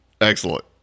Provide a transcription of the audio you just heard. Excellent